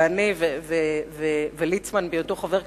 ואני, וליצמן, בהיותו חבר הכנסת,